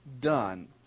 done